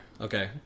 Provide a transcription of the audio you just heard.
Okay